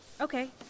Okay